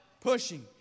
Pushing